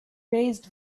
raised